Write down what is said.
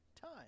time